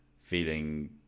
feeling